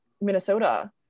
Minnesota